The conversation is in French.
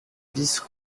bis